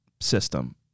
system